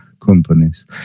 companies